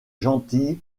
gentille